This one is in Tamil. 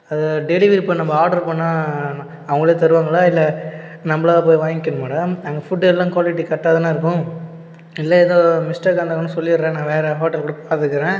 அதை டெலிவரி பண்ண ஆர்டர் பண்ணால் அவங்களே தருவாங்களா இல்லை நம்பளாக போய் வாங்கிக்கணும்மாடா அங்கே ஃபுட்டெல்லாம் குவாலிட்டி கரெக்டாக தானே இருக்கும் இல்லை ஏதும் மிஸ்டேக்காக இருந்தால் கூட சொல்லிடுடா நான் வேறே ஹோட்டல் கூட பார்த்துக்குறேன்